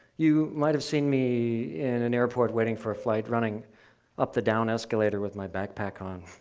you might have seen me in an airport, waiting for a flight, running up the down escalator with my backpack on,